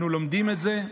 אנחנו לומדים את זה.